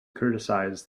criticize